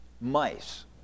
Mice